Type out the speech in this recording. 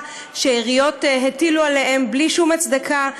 שעיריות הטילו עליהם בלי שום הצדקה,